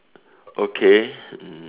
okay mm